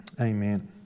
Amen